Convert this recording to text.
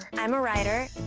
i'm a writer,